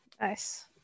Nice